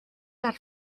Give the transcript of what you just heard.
dar